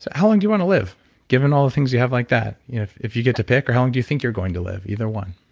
how long do you want to live given all the things you have like that if if you get to pick? how long do you think you're going to live, either one?